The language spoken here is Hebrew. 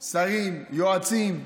שרים, יועצים,